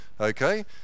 okay